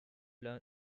only